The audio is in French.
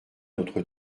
notre